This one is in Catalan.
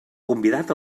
convidat